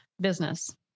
business